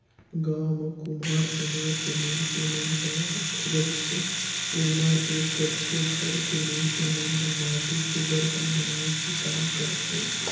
गाँव म कुम्हार समाज के मइनसे मन ह रहिथे ओमा के कतको घर के मइनस मन ह माटी के बरतन बनाए के काम करथे